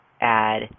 add